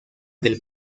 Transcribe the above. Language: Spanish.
del